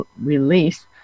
release